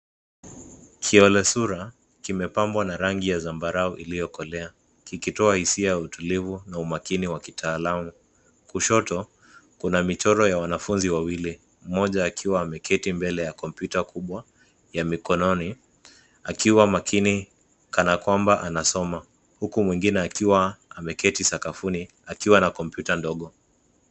Kiolesura kimepambwa na rangi ya zambarau iliyokolea kikitoa hisia ya utulivu na umakini wa kitaalamu. Kushoto, kuna michoro ya wanafunzi wawili, mmoja akiwa ameketi mbele ya kompyuta kubwa ya mikononi akiwa makini kana kwamba anasoma huku mwengine akiwa ameketi sakafuni akiwa na kompyuta ndogo.